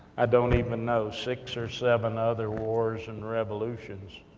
i don't even know, six or seven other wars, and revolutions.